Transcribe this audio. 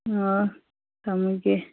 ꯑꯣ ꯊꯝꯃꯒꯦ